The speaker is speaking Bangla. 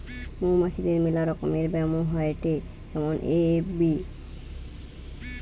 মৌমাছিদের মেলা রকমের ব্যামো হয়েটে যেমন এ.এফ.বি